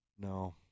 No